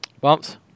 Bumps